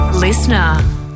Listener